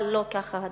אבל לא כך הדבר,